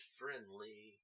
friendly